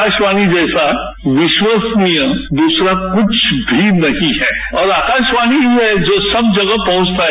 आकाशवाणी जैसा विश्वसनीयदूसरा कुछ भी नहीं है और आकाशवाणी ही है जो सब जगह पहुंचता है